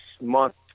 month